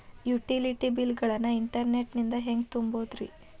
Utility bill ಗಳನ್ನ internet ನಿಂದ ಹೆಂಗ್ ತುಂಬೋದುರಿ?